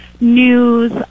news